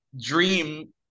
dream